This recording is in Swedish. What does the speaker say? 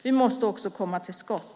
Vi måste också komma till skott.